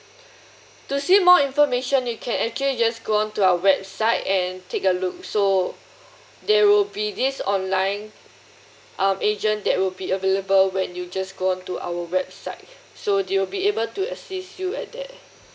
to see more information you can actually just go on to our website and take a look so there will be this online um agent that will be available when you just go on to our website so they will be able to assist you at there